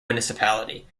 municipality